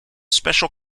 special